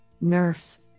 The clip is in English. NERFs